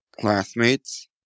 classmates